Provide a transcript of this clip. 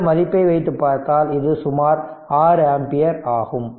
இந்த மதிப்பை வைத்து பார்த்தால் இது சுமார் 6 ஆம்பியர் ஆகும்